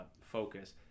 focus